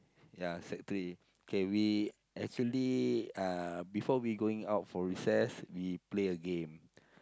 yeah sec three K we actually uh before we going out for recess we play a game